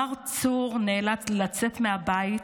מר צור נאלץ לצאת מהבית